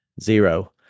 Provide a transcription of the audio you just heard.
zero